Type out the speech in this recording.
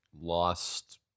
lost